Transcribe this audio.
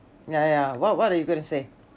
yeah yeah what what you gonna say